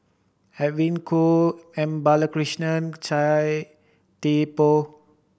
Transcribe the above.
Edwin Koek M Balakrishnan Chia Thye Poh